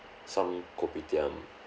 some kopitiam